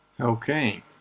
Okay